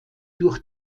durch